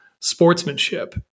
sportsmanship